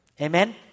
Amen